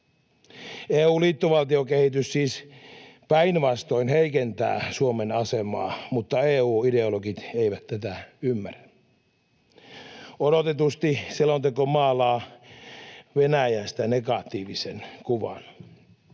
EU:n liittovaltiokehitys siis päinvastoin heikentää Suomen asemaa, mutta EU-ideologit eivät tätä ymmärrä. Odotetusti selonteko maalaa Venäjästä negatiivisen kuvan.